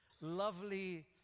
lovely